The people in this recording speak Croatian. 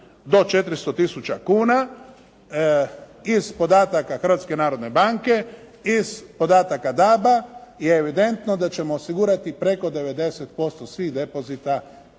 do 400 tisuća kuna iz podataka Hrvatske narodne banke, iz podataka DAB-a je evidentno da ćemo osigurati preko 90% svih depozita